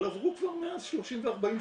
אבל עברו כבר מאז 30 ו-40 שנה.